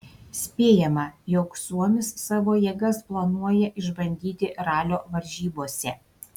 spėjama jog suomis savo jėgas planuoja išbandyti ralio varžybose